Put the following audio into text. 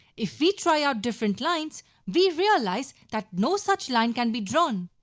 if we try out different lines we realize that no such line can be drawn.